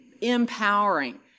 empowering